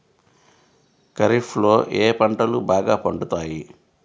ఖరీఫ్లో ఏ పంటలు బాగా పండుతాయి?